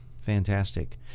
Fantastic